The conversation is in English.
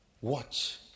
Watch